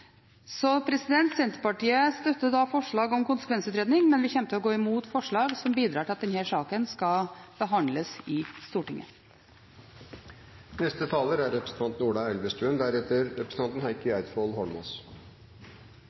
Senterpartiet støtter forslaget om konsekvensutredning, men vi kommer til å gå imot forslag som bidrar til at denne saken skal behandles i Stortinget.